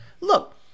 Look